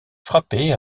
frappé